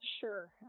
Sure